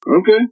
Okay